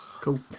Cool